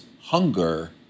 hunger